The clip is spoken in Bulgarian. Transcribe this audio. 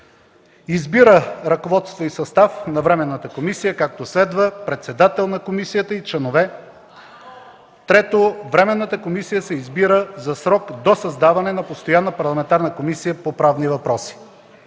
Избира ръководство и състав на временната комисия както следва: председател на комисията и членове. 3. Временната комисия се избира за срок до създаване на Постоянна парламентарна комисия по правни въпроси.”